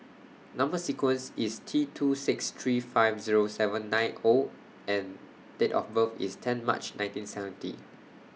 Number sequence IS T two six three five Zero seven nine O and Date of birth IS ten March nineteen seventy